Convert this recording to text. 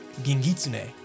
Gingitsune